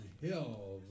Hill